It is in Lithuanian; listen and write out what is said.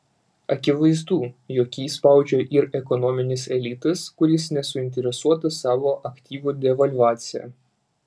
akivaizdu jog jį spaudžia ir ekonominis elitas kuris nesuinteresuotas savo aktyvų devalvacija